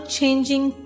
Changing